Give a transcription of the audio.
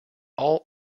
all